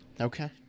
Okay